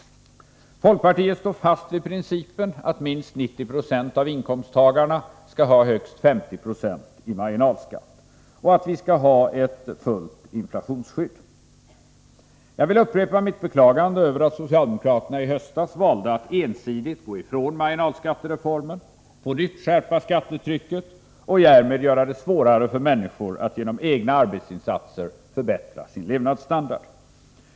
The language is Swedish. Folkpartiet står fast vid principen att minst 90 96 av inkomsttagarna skall ha högst 50 90 i marginalskatt och att vi skall ha ett fullt inflationsskydd. Jag vill upprepa mitt beklagande över att socialdemokraterna i höstas valde att ensidigt gå ifrån marginalskattereformen, på nytt skärpa skattetrycket och därmed göra det svårare för människor att genom egna arbetsinsatser förbättra sin levnadsstandard.